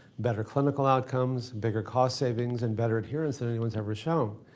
better clinical outcomes, bigger cost savings and better adherence than anyone's ever shown.